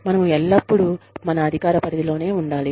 మనము ఎల్లప్పుడూ మన అధికార పరిధిలోనే ఉండాలి